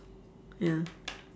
ya